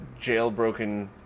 jailbroken